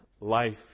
life